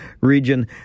region